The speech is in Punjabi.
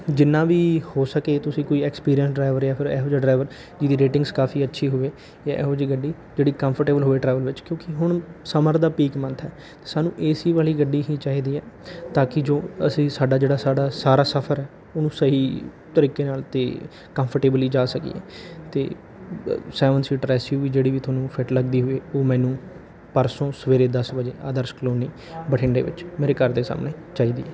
ਜਿੰਨਾ ਵੀ ਹੋ ਸਕੇ ਤੁਸੀਂ ਕੋਈ ਐਕਸਪੀਰੀਅੰਸ ਡਰਾਈਵਰ ਜਾਂ ਫਿਰ ਇਹੋ ਜਿਹਾ ਡਰਾਈਵਰ ਜਿਹਦੀ ਰੇਟਿੰਗਸ ਕਾਫੀ ਅੱਛੀ ਹੋਵੇ ਜਾਂ ਇਹੋ ਜਿਹੀ ਗੱਡੀ ਜਿਹੜੀ ਕੰਫਰਟੇਬਲ ਹੋਵੇ ਟਰੈਵਲ ਵਿੱਚ ਕਿਉਂਕਿ ਹੁਣ ਸਮਰ ਦਾ ਪੀਕ ਮੰਥ ਹੈ ਸਾਨੂੰ ਏ ਸੀ ਵਾਲੀ ਗੱਡੀ ਹੀ ਚਾਹੀਦੀ ਹੈ ਤਾਂ ਕੀ ਜੋ ਅਸੀਂ ਸਾਡਾ ਜਿਹੜਾ ਸਾਡਾ ਸਾਰਾ ਸਫਰ ਹੈ ਉਹਨੂੰ ਸਹੀ ਤਰੀਕੇ ਨਾਲ ਅਤੇ ਕੰਫਰਟੇਬਲੀ ਜਾ ਸਕੀਏ ਅਤੇ seven seater S U V ਜਿਹੜੀ ਵੀ ਤੁਹਾਨੂੰ ਫਿੱਟ ਲੱਗਦੀ ਹੋਏ ਉਹ ਮੈਨੂੰ ਪਰਸੋਂ ਸਵੇਰੇ ਦਸ ਵਜੇ ਆਦਰਸ਼ ਕਲੋਨੀ ਬਠਿੰਡੇ ਵਿੱਚ ਮੇਰੇ ਘਰ ਦੇ ਸਾਹਮਣੇ ਚਾਹੀਦੀ ਹੈ